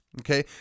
okay